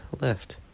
left